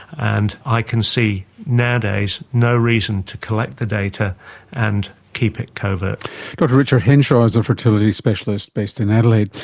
and i can see nowadays no reason to collect the data and keep it covert. dr richard henshaw is a fertility specialist based in adelaide.